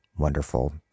wonderful